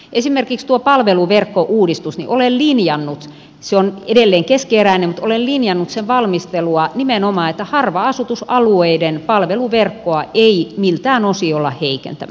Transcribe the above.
esimerkiksi tuo palveluverkkouudistus on edelleen keskeneräinen mutta olen linjannut sen valmistelua nimenomaan niin että harva asutusalueiden palveluverkkoa ei miltään osin olla heikentämässä